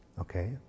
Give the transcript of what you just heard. okay